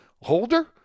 Holder